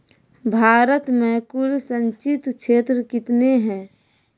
भारत मे कुल संचित क्षेत्र कितने हैं?